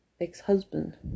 ex-husband